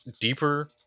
deeper